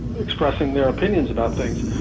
expressing their opinions about things.